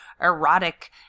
erotic